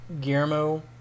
Guillermo